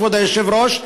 כבוד היושב-ראש,